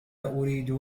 أريد